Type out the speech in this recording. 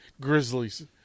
Grizzlies